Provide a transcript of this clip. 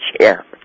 chair